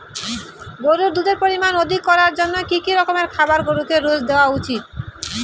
গরুর দুধের পরিমান অধিক করার জন্য কি কি রকমের খাবার গরুকে রোজ দেওয়া উচিৎ?